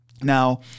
Now